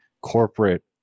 corporate